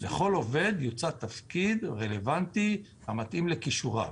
לכל עובד יוצע תפקיד רלוונטי המתאים לכישוריו.